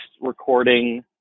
recording